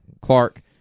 Clark